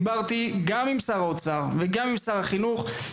דיברתי עם שר האוצר ועם שר החינוך,